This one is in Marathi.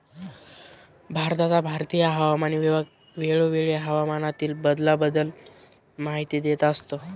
भारताचा भारतीय हवामान विभाग वेळोवेळी हवामानातील बदलाबद्दल माहिती देत असतो